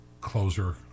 closer